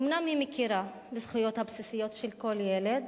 אומנם היא מכירה בזכויות הבסיסיות של כל ילד,